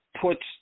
puts